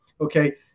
Okay